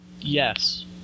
Yes